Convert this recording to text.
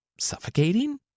suffocating